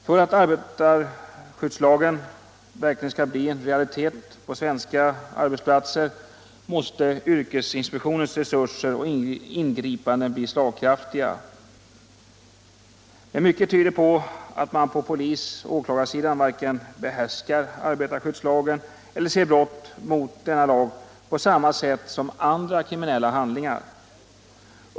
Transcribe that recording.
För att arbetarskyddslagen verkligen skall bli en realitet på svenska arbetsplatser måste yrkesinspektionens resurser och ingripanden bli slagkraftiga. Mycket tyder på att polis och åklagare varken behärskar arbetarskyddslagen eller ser brott mot denna lag på samma sätt som andra kriminella handlingar.